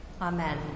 Amen